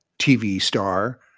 tv star,